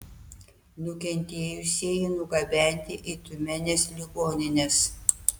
nukentėjusieji nugabenti į tiumenės ligonines